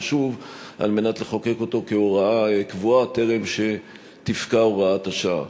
שוב על מנת לחוקק אותו כהוראה קבועה בטרם תפקע הוראת השעה.